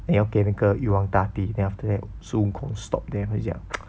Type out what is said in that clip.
then 要给那个玉皇大帝 then after that 孙悟空 stop then 他就讲